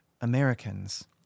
Americans